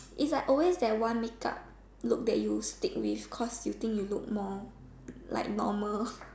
is like always that one make up look that you stick with cause you think you look more like normal